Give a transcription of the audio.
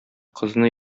кызны